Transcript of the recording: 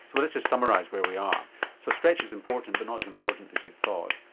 well let's just summarise where we are so stretch is important but not as important as you thought.